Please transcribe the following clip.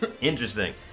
Interesting